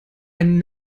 einen